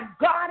God